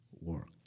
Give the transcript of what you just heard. work